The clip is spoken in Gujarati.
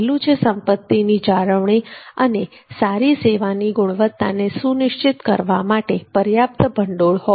પહેલું છે સંપત્તિની જાળવણી અને સારી સેવાની ગુણવત્તાને સુનિશ્ચિત કરવા માટે પર્યાપ્ત ભંડોળ હોવુ